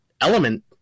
element